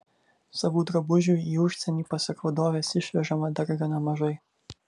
savų drabužių į užsienį pasak vadovės išvežama dar gana mažai